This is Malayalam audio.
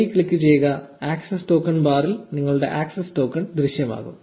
ശരി ക്ലിക്കുചെയ്യുക ആക്സസ് ടോക്കൺ ബാറിൽ നിങ്ങൾക്ക് ആക്സസ് ടോക്കൺ ദൃശ്യമാകും